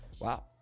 Wow